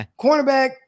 Cornerback